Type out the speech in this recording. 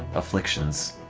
afflictions